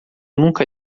nunca